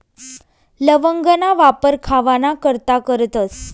लवंगना वापर खावाना करता करतस